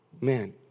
man